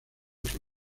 que